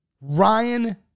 Ryan